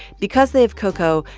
because they have koko,